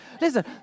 Listen